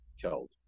killed